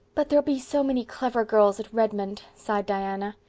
but there'll be so many clever girls at redmond, sighed diana,